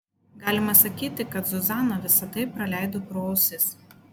galima sakyti kad zuzana visa tai praleido pro ausis